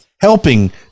helping